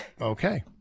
Okay